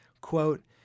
quote